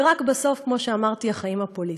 ורק בסוף, כמו שאמרתי, החיים הפוליטיים.